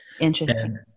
Interesting